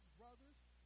brothers